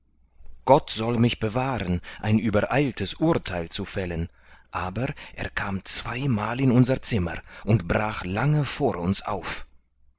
gott soll mich bewahren ein übereiltes urtheil zu fällen aber er kam zweimal in unser zimmer und brach lange vor uns auf